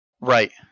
Right